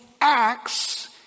acts